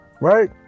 right